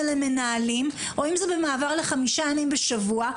למנהלים או אם זה במעבר לחמישה ימים בשבוע,